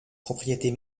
propriétés